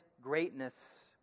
greatness